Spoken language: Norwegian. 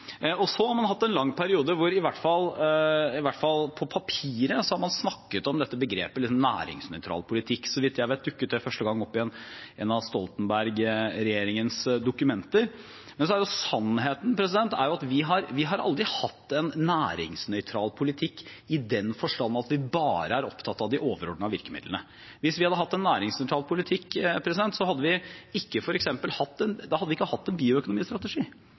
Så har man hatt en lang periode hvor man i hvert fall på papiret har snakket om begrepet «næringsnøytral politikk». Så vidt jeg vet, dukket det første gang opp i en av Stoltenberg-regjeringens dokumenter. Men sannheten er at vi aldri har hatt en næringsnøytral politikk i den forstand at vi bare er opptatt av de overordnede virkemidlene. Hvis vi hadde hatt en næringsnøytral politikk, hadde vi ikke hatt en bioøkonomistrategi, da hadde vi ikke hatt en egen satsing på det, som involverer hele virkemiddelapparatet vårt, og som de følger opp. Da hadde vi heller ikke hatt en